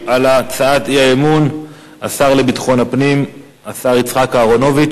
הורדתם, אנחנו פעלנו,